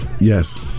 Yes